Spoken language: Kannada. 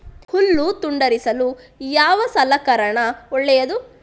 ಹುಲ್ಲು ತುಂಡರಿಸಲು ಯಾವ ಸಲಕರಣ ಒಳ್ಳೆಯದು?